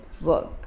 work